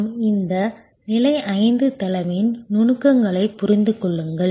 மற்றும் இந்த நிலை 5 தலைமையின் நுணுக்கங்களைப் புரிந்து கொள்ளுங்கள்